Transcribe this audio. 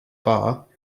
bar